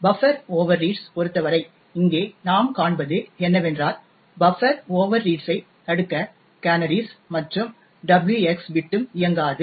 buffer overreads பொறுத்தவரை இங்கே நாம் காண்பது என்னவென்றால் பஃப்பர் ஓவர்ரீட்ஸ் ஐ தடுக்க கேனரிஸ் மற்றும் WX பிட்டும் இயங்காது